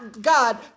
God